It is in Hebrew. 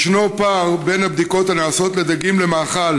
יש פער בין הבדיקות הנעשות לדגים למאכל